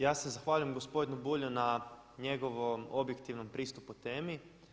Ja se zahvaljujem gospodinu Bulju na njegovom objektivnom pristupu temi.